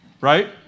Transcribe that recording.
Right